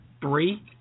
three